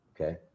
Okay